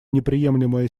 неприемлемое